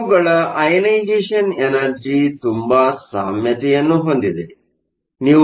ಇವುಗಳ ionisation energy ಗಳ ತುಂಬಾ ಸಾಮ್ಯತೆಯನ್ನು ಹೊಂದಿವೆ